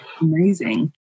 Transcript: amazing